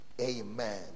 amen